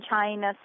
China